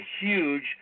huge